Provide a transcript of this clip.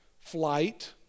flight